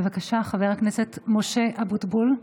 בבקשה, חבר הכנסת משה אבוטבול.